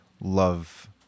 love